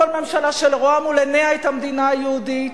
כל ממשלה שרואה מול עיניה את המדינה היהודית,